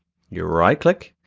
you were right-click,